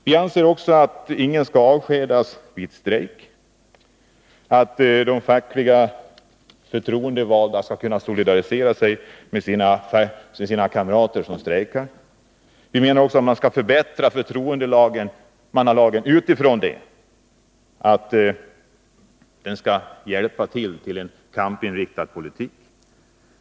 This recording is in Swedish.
Vi anser också att ingen skall avskedas vid strejk liksom att de fackliga förtroendevalda skall kunna solidarisera sig med kamrater som strejkar. Vi menar vidare att man skall förbättra förtroendemannalagen utifrån att den skall bidra till en kampinriktad politik.